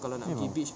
okay mah